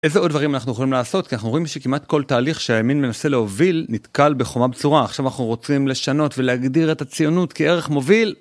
איזה עוד דברים אנחנו יכולים לעשות כי אנחנו רואים שכמעט כל תהליך שהימין מנסה להוביל נתקל בחומה בצורה, עכשיו אנחנו רוצים לשנות ולהגדיר את הציונות כערך מוביל.